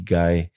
guy